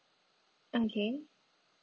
okay